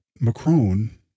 Macron